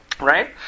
right